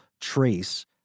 trace